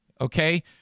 Okay